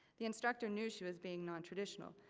the instructor knew she was being non-traditional,